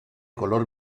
color